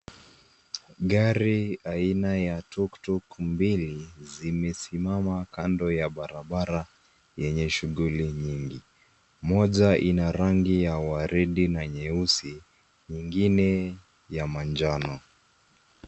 Gari aina ya Tuk Tuk mbili zimesimama kando ya barabara yenye shughuli nyingi moja ina rangi ya waridi na nyeusi nyingine ya manjano.